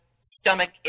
stomach